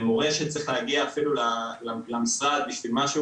מורה שצריך להגיע אפילו למשרד בשביל משהו